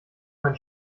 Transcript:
einen